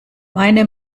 meine